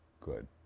good